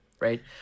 right